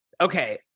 Okay